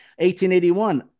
1881